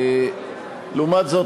לעומת זאת,